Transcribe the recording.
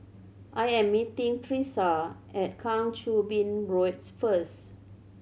I am meeting Tresa at Kang Choo Bin Road first